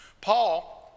Paul